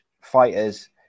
fighters